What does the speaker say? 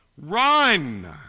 Run